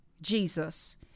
Jesus